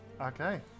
okay